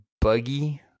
buggy